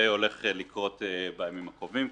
לקרות בימים הקרובים,